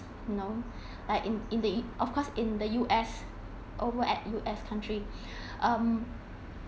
you know like in the of course in the U_S over at U_S country um